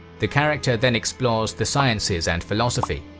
the character then explores the sciences and philosophy.